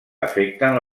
afecten